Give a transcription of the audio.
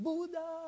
Buddha